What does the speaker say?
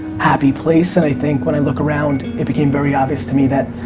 happy place. and i think when i look around, it became very obvious to me that.